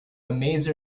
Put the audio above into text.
maser